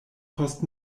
post